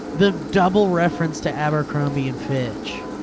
the double reference to abercrombie and fitch.